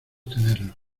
tenerlos